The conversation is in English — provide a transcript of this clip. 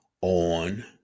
on